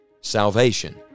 Salvation